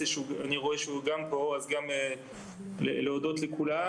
אני רואה שהוא גם פה, אז גם להודות לכולם.